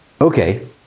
okay